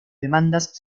demandas